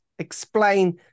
Explain